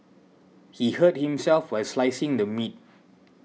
he hurt himself while slicing the meat